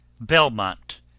Belmont